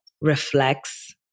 reflects